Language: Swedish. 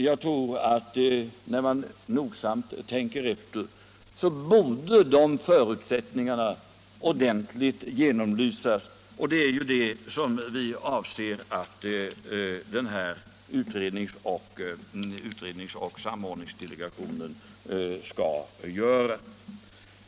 Jag tror att när man nogsamt tänker efter finner man att de förutsättningarna ordentligt borde genomlysas, och det är det som vi avser att utredningsoch samordningsdelegationen skall göra.